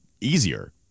easier